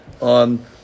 on